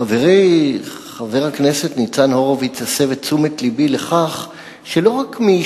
חברי חבר הכנסת ניצן הורוביץ הסב את תשומת לבי לכך שלא רק מי